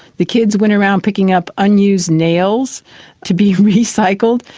the kids went around picking up unused nails to be recycled.